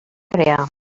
crear